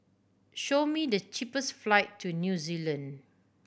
show me the cheapest flight to New Zealand